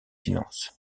finances